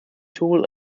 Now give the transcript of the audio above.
tool